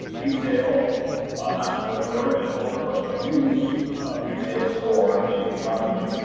retail entrepreneur and owner of the mews retail store in new harmony.